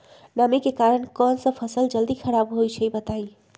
नमी के कारन कौन स फसल जल्दी खराब होई छई बताई?